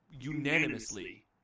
unanimously